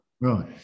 Right